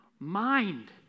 Mind